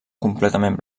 completament